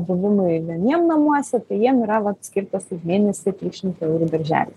buvimui vieniem namuose tai jiem yra vat skirtas už mėnesį trys šimtai eurų darželis